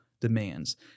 demands